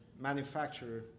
manufacturer